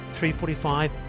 3.45